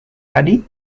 tadi